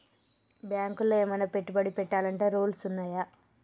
బ్యాంకులో ఏమన్నా పెట్టుబడి పెట్టాలంటే రూల్స్ ఉన్నయా?